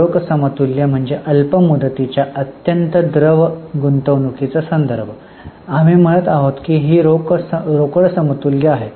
रोख समतुल्य म्हणजे अल्प मुदतीच्या अत्यंत द्रव गुंतवणूकीचा संदर्भ आम्ही म्हणत आहोत की ही रोकड समतुल्य आहे